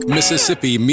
Mississippi